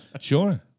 Sure